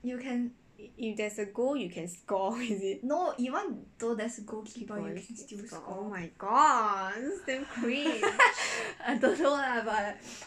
if there's a goal you can score is it oh my god it's damn cringe